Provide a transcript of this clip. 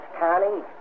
Connie